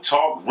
Talk